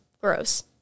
gross